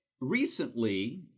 recently